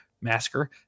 Masker